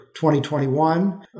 2021